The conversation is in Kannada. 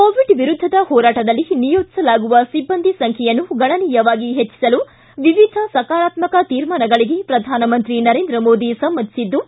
ಕೋವಿಡ್ ವಿರುದ್ಧದ ಹೋರಾಟದಲ್ಲಿ ನಿಯೋಜಿಸಲಾಗುವ ಸಿಬ್ಲಂದಿ ಸಂಖ್ಯೆಯನ್ನು ಗಣನೀಯವಾಗಿ ಹೆಚ್ಚಿಸಲು ವಿವಿಧ ಸಕಾರಾತ್ಮಕ ತೀರ್ಮಾನಗಳಿಗೆ ಪ್ರಧಾನಮಂತ್ರಿ ನರೇಂದ್ರ ಮೋದಿ ಸಮ್ಮಿಟಿದ್ದು